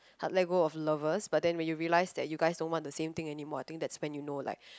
hard let go of lovers but then when you realize that you guys don't want the same thing anymore I think that's when you know like